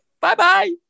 Bye-bye